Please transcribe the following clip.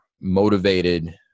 motivated